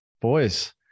Boys